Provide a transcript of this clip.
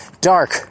dark